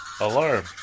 alarm